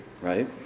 right